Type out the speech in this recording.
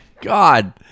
God